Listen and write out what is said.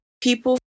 people